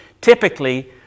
typically